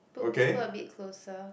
put put a bit closer